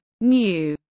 New